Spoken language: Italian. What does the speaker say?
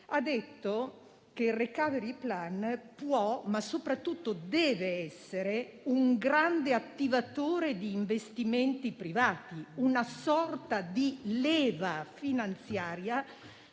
ha detto che il *recovery plan* può, ma soprattutto deve, essere un grande attivatore di investimenti privati, una sorta di leva finanziaria